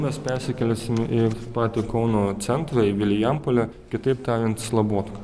mes persikelsime į patį kauno centrą į vilijampolę kitaip tariant slabotką